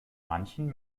manchen